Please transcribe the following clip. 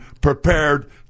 prepared